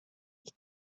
ich